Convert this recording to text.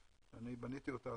אני בניתי אותה,